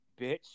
bitch